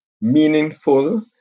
meaningful